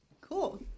Cool